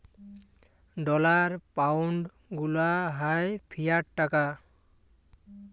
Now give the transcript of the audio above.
dollar, pound গুলা হ্যয় fiat টাকা